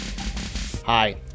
Hi